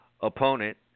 opponent